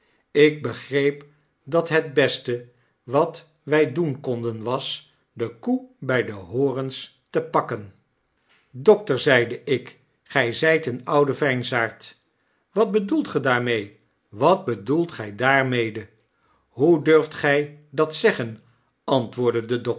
ik befreep dat het beste wat wy doen konden was e koe by de horens te pakken juffrouw lfrriper en hare commensalen dokter zeide ik gijzijt een oude veinsaard wat bedoelt gij daarmede wat bedoeltgij daarmede hoe durft gjj dat zeggen antwooidde de